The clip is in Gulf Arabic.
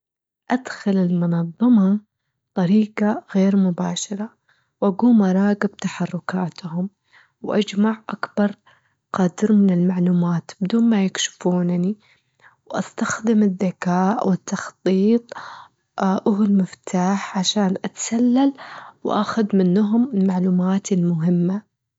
أدخل المنظمة بطريقة غير مباشرة، وأجوم أراجب تحركاتهم، وأجمع أكبر قدر من المعلومات بدون ما يكشفونني، واستخدم الذكاء والتخطيط هو المفتاح عشان أتسلل وأخد منهم المعلومات المهمة.